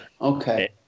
Okay